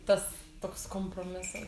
tas toks kompromisas